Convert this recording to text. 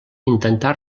intentà